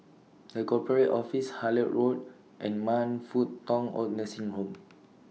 The Corporate Office Hullet Road and Man Fut Tong Oid Nursing Home